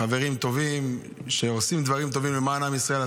חברים טובים, שעושים דברים טובים למען עם ישראל.